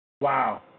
Wow